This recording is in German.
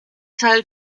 teil